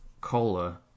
Cola